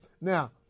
Now